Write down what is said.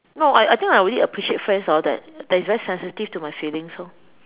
no I I think I only appreciate friends orh that that is very sensitive to my feelings orh